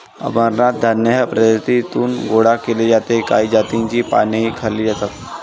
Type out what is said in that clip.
अमरनाथ धान्य या प्रजातीतून गोळा केले जाते काही जातींची पानेही खाल्ली जातात